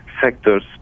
sectors